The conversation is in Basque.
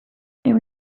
ehun